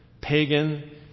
pagan